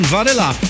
Varela